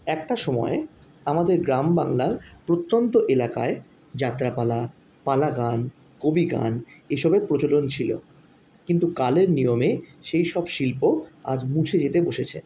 একটা সময়ে আমাদের গ্রামবাংলার প্রত্যন্ত এলাকায় যাত্রাপালা পালাগান কবিগান এসবের প্রচলন ছিল কিন্তু কালের নিয়মে সেইসব শিল্প আজ মুছে যেতে বসেছে